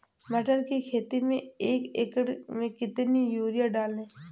मटर की खेती में एक एकड़ में कितनी यूरिया डालें?